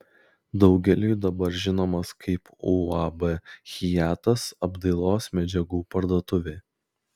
daugeliui dabar žinomas kaip uab hiatas apdailos medžiagų parduotuvė